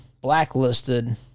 blacklisted